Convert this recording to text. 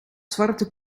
zwarte